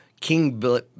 King